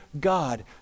God